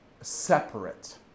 separate